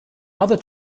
other